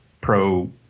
Pro